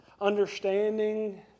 understanding